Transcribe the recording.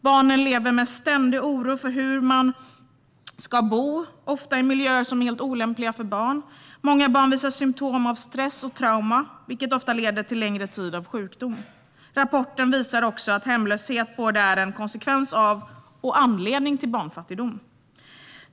Barnen lever med ständig oro över hur man ska bo, ofta i miljöer som är helt olämpliga för barn. Många barn visar symtom på stress och trauma, vilket ofta leder till längre tider av sjukdom. Rapporten visar också att hemlöshet är både en konsekvens av och en anledning till barnfattigdom.